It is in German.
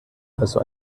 also